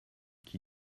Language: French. qui